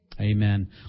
Amen